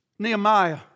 Nehemiah